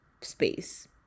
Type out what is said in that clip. space